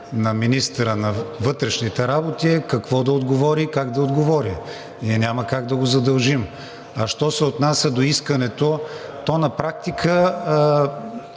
на министъра на вътрешните работи е какво да отговори и как да отговори – ние няма как да го задължим. А що се отнася до искането, то на практика